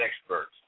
experts